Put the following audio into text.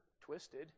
twisted